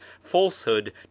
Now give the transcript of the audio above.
falsehood